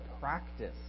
practice